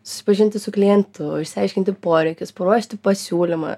susipažinti su klientu išsiaiškinti poreikius paruošti pasiūlymą